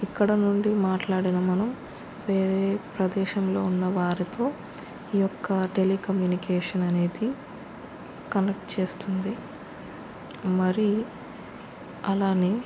ఇక్కడ నుండి మాట్లాడినా మనం వేరే ప్రదేశంలో ఉన్నవారితో ఈ యొక్క టెలికమ్యూనికేషన్ అనేది కనెక్ట్ చేస్తుంది మరి అలానే